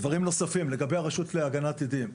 דברים נוספים, לגבי הרשות להגנת עדים,